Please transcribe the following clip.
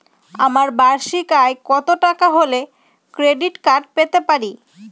আমার বার্ষিক আয় কত টাকা হলে ক্রেডিট কার্ড পেতে পারি?